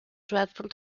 dreadful